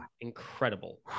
incredible